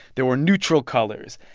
there were neutral colors.